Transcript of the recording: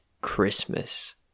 Christmas